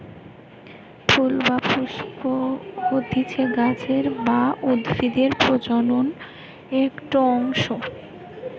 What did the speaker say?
ফুল বা পুস্প হতিছে গাছের বা উদ্ভিদের প্রজনন একটো অংশ